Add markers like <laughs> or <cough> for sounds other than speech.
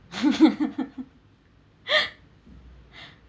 <laughs> <breath>